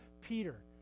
Peter